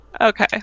Okay